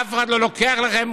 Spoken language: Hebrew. אף אחד לא לוקח לכם.